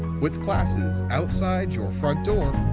with classes outside your front door,